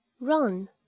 Run